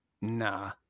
Nah